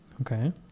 Okay